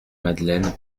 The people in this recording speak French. madeleine